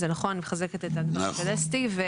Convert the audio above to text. זה נכון, אני מחזקת את הדברים של אסתי.